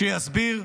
שיסביר,